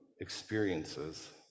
experiences